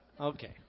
Okay